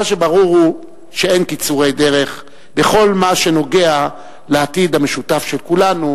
מה שברור הוא שאין קיצורי דרך בכל מה שנוגע לעתיד המשותף של כולנו,